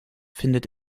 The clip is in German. findet